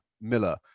Miller